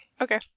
Okay